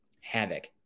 havoc